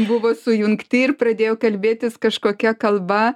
buvo sujungti ir pradėjo kalbėtis kažkokia kalba